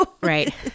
Right